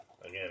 Again